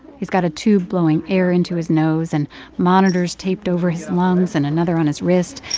he's got a tube blowing air into his nose and monitors taped over his lungs and another on his wrist,